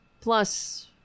plus